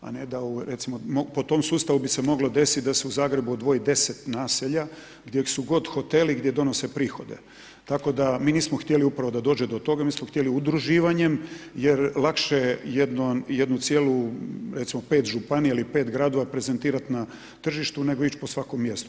A ne da u, po tom sustavu bi se moglo desit da se u Zagrebu odvoji 10 naselja gdje su god hoteli, gdje donose prihode, tako da mi nismo htjeli upravo da dođe do toga, mi smo htjeli udruživanje jer lakše je jednom, jednu cijelu recimo 5 županija ili 5 gradova prezentirat na tržištu nego ić po svakom mjestu.